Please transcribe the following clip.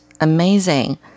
amazing